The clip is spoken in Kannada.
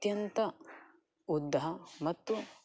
ಅತ್ಯಂತ ಉದ್ದ ಮತ್ತು